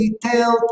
detailed